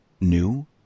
new